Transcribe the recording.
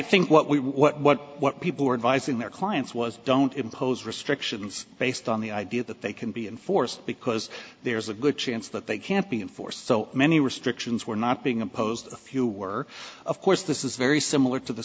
think what we what what what people were advising their clients was don't impose restrictions based on the idea that they can be enforced because there's a good chance that they can't be in for so many restrictions were not being imposed a few were of course this is very similar to the